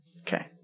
Okay